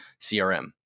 CRM